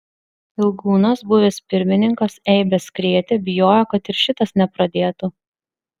ilgūnas buvęs pirmininkas eibes krėtė bijojo kad ir šitas nepradėtų